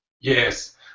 Yes